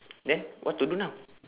then what to do now